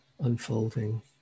unfolding